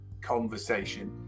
conversation